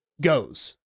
goes